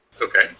okay